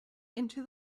into